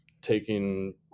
taking